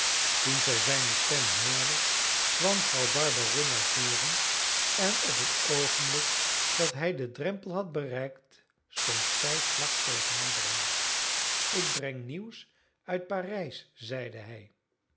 toen zij zijne stem hoorde kwam vrouw barberin naar voren en op het oogenblik dat hij den drempel had bereikt stond zij vlak tegenover hem ik breng nieuws uit parijs zeide hij